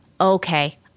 okay